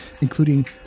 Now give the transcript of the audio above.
including